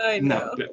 No